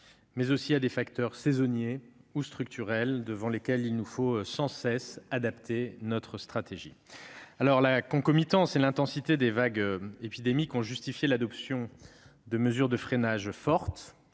ainsi qu'à des facteurs saisonniers ou structurels face auxquels nous devons sans cesse adapter notre stratégie. La concomitance et l'intensité des vagues épidémiques ont justifié l'adoption de mesures de freinage fortes